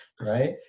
right